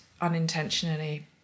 unintentionally